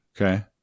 Okay